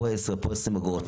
פה 10 אגורות, פה 20 אגורות.